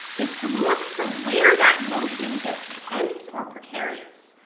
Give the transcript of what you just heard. is to look for where that motion gets tense or precarious.